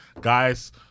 guys